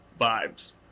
vibes